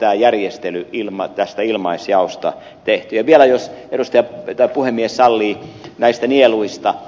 ja järjestelyt ilma tästä ilmaisjaosta tehtiin vielä jos puhemies sallii näistä nieluista